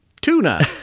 tuna